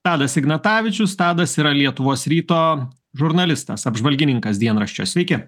tadas ignatavičius tadas yra lietuvos ryto žurnalistas apžvalgininkas dienraščio sveiki